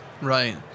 Right